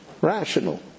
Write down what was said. rational